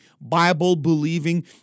Bible-believing